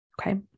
Okay